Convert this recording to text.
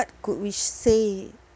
could we say